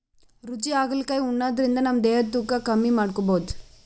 ರುಚಿ ಹಾಗಲಕಾಯಿ ಉಣಾದ್ರಿನ್ದ ನಮ್ ದೇಹದ್ದ್ ತೂಕಾ ಕಮ್ಮಿ ಮಾಡ್ಕೊಬಹುದ್